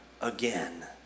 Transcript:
again